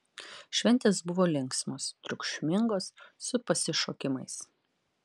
šventės buvo linksmos triukšmingos su pasišokimais